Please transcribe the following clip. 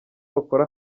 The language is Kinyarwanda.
bakora